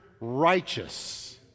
righteous